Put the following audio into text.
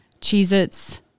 Cheez-Its